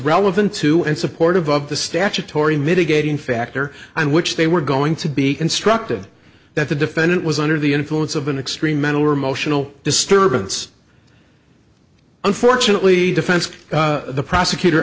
relevant to and supportive of the statutory mitigating factor on which they were going to be constructed that the defendant was under the influence of an extreme mental or emotional disturbance unfortunately defense the prosecutor